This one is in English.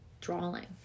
drawing